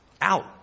out